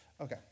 Okay